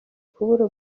kubura